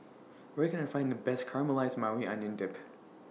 Where Can I Find The Best Caramelized Maui Onion Dip